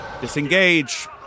Disengage